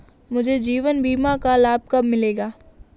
मुझे जीवन बीमा का लाभ कब मिलेगा?